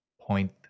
point